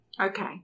Okay